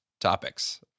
topics